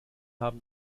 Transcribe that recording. haben